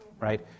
right